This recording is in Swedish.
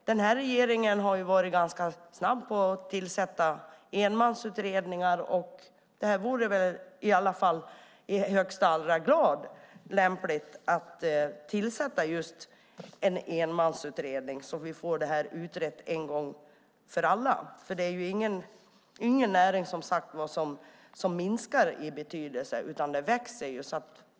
Regeringen har varit ganska snabb på att tillsätta enmansutredningar. Här borde det väl i allra högsta grad vara lämpligt att tillsätta just en enmansutredning, så att vi får det utrett en gång för alla. Det är nämligen, som sagt, inte en näring som minskar i betydelse, utan den växer.